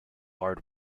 hard